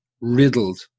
riddled